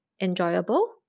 enjoyable